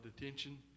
attention